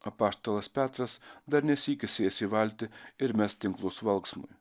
apaštalas petras dar ne sykį sės į valtį ir mes tinklus valksmui